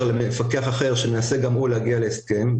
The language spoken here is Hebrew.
למפקח אחר שמנסה גם הוא להגיע להסכם.